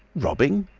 robbing!